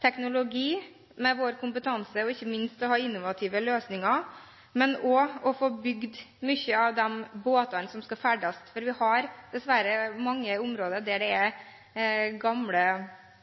teknologi, med vår kompetanse – ikke minst må vi ha innovative løsninger, men også bygge mange av de båtene som skal ferdes på sjøen, for vi har dessverre mange gamle båter. Så litt i forhold til det